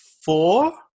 Four